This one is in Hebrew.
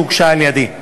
שהוגשה על-ידי.